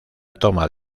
toma